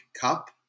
Cup